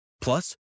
Plus